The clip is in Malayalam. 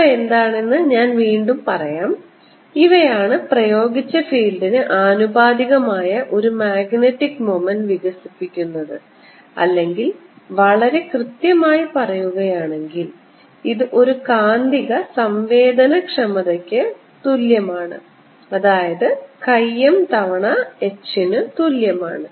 അവ എന്താണെന്ന് ഞാൻ വീണ്ടും നിർവ്വചിക്കട്ടെ ഇവയാണ് പ്രയോഗിച്ച ഫീൽഡിന് ആനുപാതികമായ ഒരു മാഗ്നറ്റിക് മൊമൻറ് വികസിപ്പിക്കുന്നത് അല്ലെങ്കിൽ വളരെ കൃത്യമായി പറയുകയാണെങ്കിൽ ഇത് ഒരു കാന്തിക സംവേദനക്ഷമതയ്ക്ക് തുല്യമാണ് അതായത് chi m തവണ H നു തുല്യമാണ്